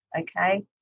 okay